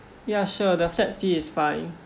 ya sure the flat fee is fine